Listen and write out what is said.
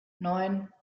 neun